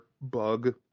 bug